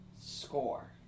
score